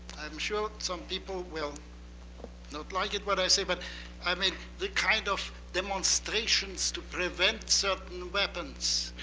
sure some people will not like it, what i say, but i mean the kind of demonstrations to prevent certain weapons,